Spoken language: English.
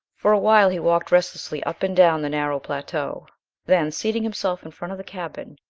for a while he walked restlessly up and down the narrow plateau then, seating himself in front of the cabin,